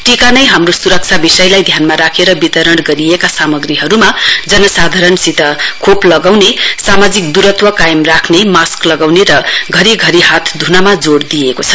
टीका नै हाम्रो सुरक्षा विषयलाई ध्यानमा राखेर वितरण गरिएका सामाग्रीहरूमा जनसाधारणलाई खोप लगाउने सामाजिक दुरत्व कायम राख्ने मास्क लाउने र घरि घरि हात ध्नमा जोड दिइएको छ